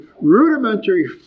rudimentary